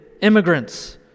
immigrants